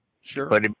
sure